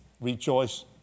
Rejoice